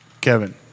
Kevin